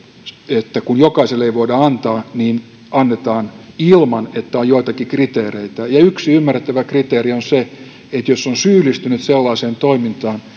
että kun jokaiselle ei voida antaa niin annetaan ilman että on joitakin kriteereitä yksi ymmärrettävä kriteeri on se että jos on syyllistynyt sellaiseen toimintaan